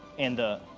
and